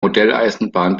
modelleisenbahn